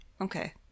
Okay